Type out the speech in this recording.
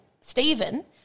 Stephen